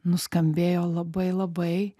nuskambėjo labai labai